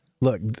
Look